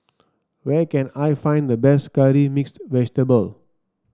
where can I find the best Curry Mixed Vegetable